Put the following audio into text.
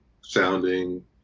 sounding